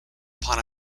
upon